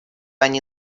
они